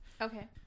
Okay